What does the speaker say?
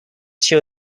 show